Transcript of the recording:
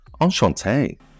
Enchanté